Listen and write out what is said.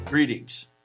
Greetings